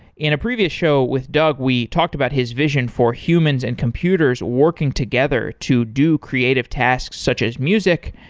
in a previous show with doug, we talked about his vision for humans and computers working together to do creative tasks, such as music.